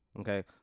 Okay